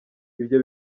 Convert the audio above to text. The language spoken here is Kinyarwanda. ibyo